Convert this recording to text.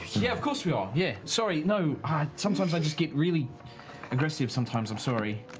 yeah, of course we are. yeah sorry. you know ah sometimes, i just get really aggressive sometimes. i'm sorry.